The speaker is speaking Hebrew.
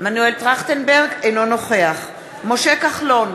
טרכטנברג, אינו נוכח משה כחלון,